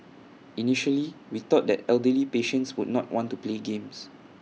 initially we thought that elderly patients would not want to play games